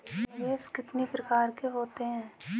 निवेश कितनी प्रकार के होते हैं?